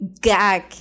gag